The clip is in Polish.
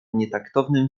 nietaktownym